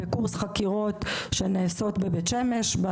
בקורס חקירות שנעשות בבית שמש.